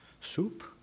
soup